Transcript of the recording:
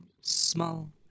small